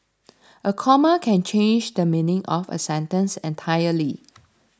a comma can change the meaning of a sentence entirely